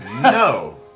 No